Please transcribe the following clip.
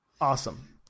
Awesome